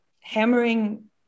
Hammering